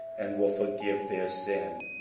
and will forgive their sin,